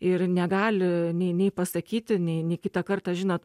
ir negali nei nei pasakyti nei nei kitą kartą žinot